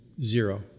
Zero